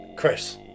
Chris